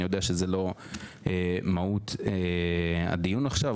אני יודע שזאת לא מהות הדיון עכשיו,